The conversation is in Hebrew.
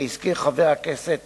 שהזכיר חבר הכנסת